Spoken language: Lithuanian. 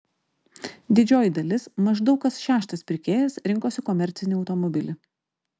didžioji dalis maždaug kas šeštas pirkėjas rinkosi komercinį automobilį